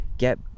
get